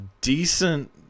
decent